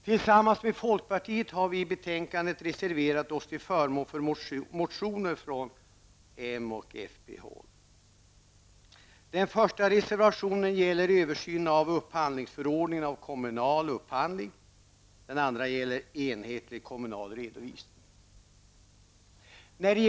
Tillsammans med folkpartiet har vi vid behandlingen av betänkandet reserverat oss till förmån för motioner från moderaterna och folkpartiet. Den första reservationen gäller översynen av upphandlingsförordningen för kommunal upphandling. Den andra gäller enhetlig kommunal redovisning.